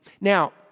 Now